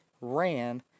ran